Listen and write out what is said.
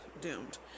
doomed